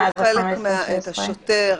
השוטר,